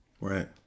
Right